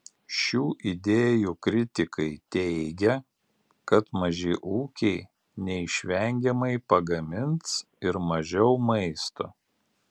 šių idėjų kritikai teigia kad maži ūkiai neišvengiamai pagamins ir mažiau maisto